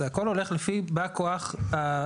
זה הכל הולך לפי בא כוח הרשימה.